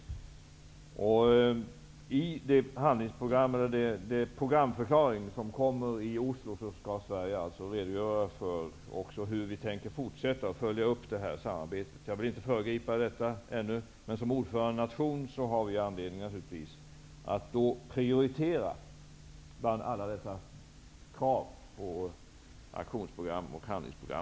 I den programförklaring som kommer i Oslo skall Sverige redogöra för hur vi tänker fortsätta att följa upp det här samarbetet. Jag vill inte föregripa detta, men som ordförandenation har vi anledning att prioritera bland alla dessa krav på aktionsprogram och handlingsprogram.